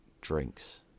drinks